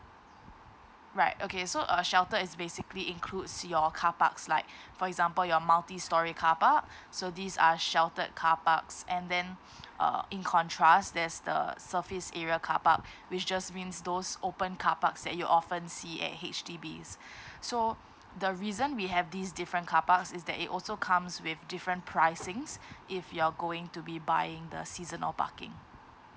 right okay so uh sheltered is basically includes your carparks like for example your multi storey carpark so these are sheltered car parks and then uh in contrast there's the surface area carpark which just means those open carparks that you often see at H_D_Bs so the reason we have these different carparks is that it also comes with different pricings if you're going to be buying the seasonal parking